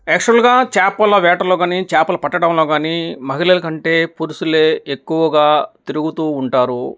యాక్చువల్గా చేపలు వేటలో కానీ చేపలు పట్టడంలో కానీ మహిళల కంటే పురుషులే ఎక్కువగా తిరుగుతూ ఉంటారు